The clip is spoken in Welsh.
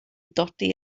dodi